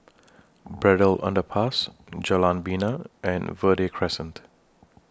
Braddell Underpass Jalan Bena and Verde Crescent